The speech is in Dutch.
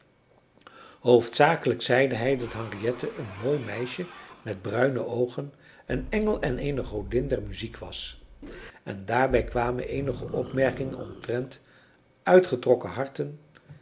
hoofdzakelijk zeide hij dat henriette een mooi meisje met bruine oogen een engel en eene godin der muziek was en daarbij kwamen eenige opmerkingen omtrent uitgetrokken harten